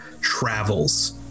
travels